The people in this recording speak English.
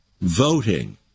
voting